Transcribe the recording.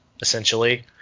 essentially